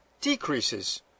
decreases